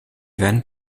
event